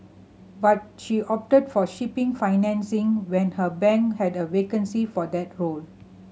but she opted for shipping financing when her bank had a vacancy for that role